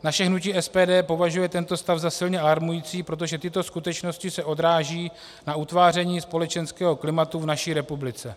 Naše hnutí SPD považuje tento stav za silně alarmující, protože tyto skutečnosti se odrážejí na utváření společenského klimatu v naší republice.